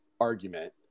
argument